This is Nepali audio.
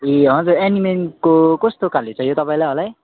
ए हजुर एनिमीको कस्तो खाले चाहियो तपाईँलाई होला है